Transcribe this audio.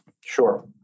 Sure